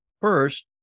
First